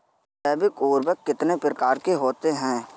जैव उर्वरक कितनी प्रकार के होते हैं?